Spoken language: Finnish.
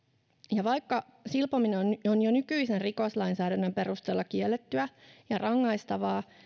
vaikka silpominen on on jo nykyisen rikoslainsäädännön perusteella kiellettyä ja rangaistavaa